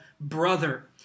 Brother